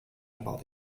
about